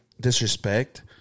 Disrespect